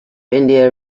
india